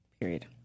Period